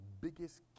biggest